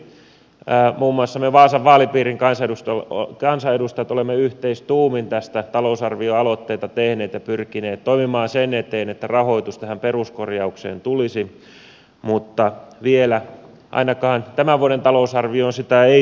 muun muassa me vaasan vaalipiirin kansanedustajat olemme yhteistuumin tästä talousarvioaloitteita tehneet ja pyrkineet toimimaan sen eteen että rahoitus tähän peruskorjaukseen tulisi mutta vielä ainakaan tämän vuoden talousarvioon sitä ei tullut